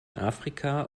afrika